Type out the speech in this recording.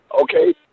okay